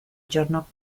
giorno